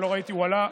לא ראיתי, הוא עלה.